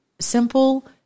simple